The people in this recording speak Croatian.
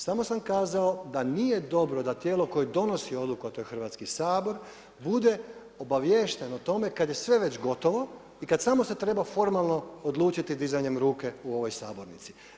Samo sam kazao da nije dobro, da tijelo koje donosi odluku a to je Hrvatski sabor, bude obavješten o tome kada je sve već gotovo i kada se treba formalno odlučiti dizanjem ruke u ovoj sabornici.